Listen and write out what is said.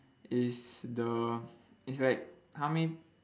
is the is like how many